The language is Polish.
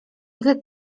ile